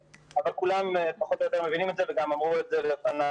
אבל כולם פחות או יותר מבינים את זה וגם אמרו את זה לפניי.